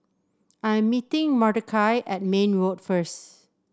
I'm meeting Mordechai at Mayne Road first